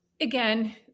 again